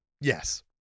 Yes